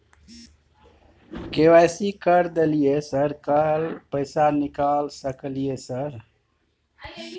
KYC कर दलियै sir कल पैसा निकाल सकलियै सर?